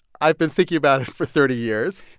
i've been thinking about it for thirty years.